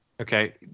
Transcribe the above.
Okay